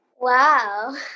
Wow